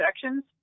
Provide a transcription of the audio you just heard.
sections